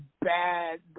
bad